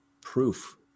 proof